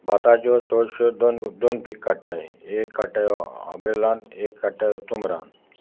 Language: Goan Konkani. भाताच्यो चडश्यो दो दोन पीक काडटाय एक काडटाय आबिरलांत एक काडट्या ओतुमरान